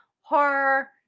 horror